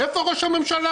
איפה ראש הממשלה?